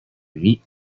neat